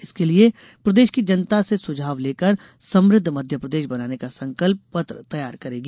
इसके लिये प्रदेश की जनता से सुझाव लेकर समृद्ध मध्यप्रदेश बनाने का संकल्प पत्र तैयार करेगी